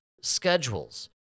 schedules